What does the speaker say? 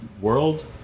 world